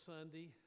Sunday